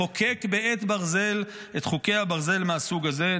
לחוקק בעט ברזל את חוקי הברזל מהסוג הזה.